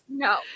No